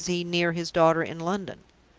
or is he near his daughter in london?